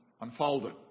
unfolded